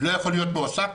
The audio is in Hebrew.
להיות מועסק